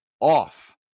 off